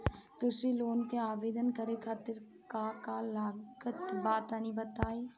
कृषि लोन के आवेदन करे खातिर का का लागत बा तनि बताई?